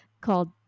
called